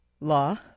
Law